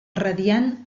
radiant